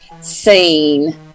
seen